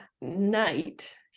night